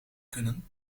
kunnen